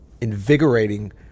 invigorating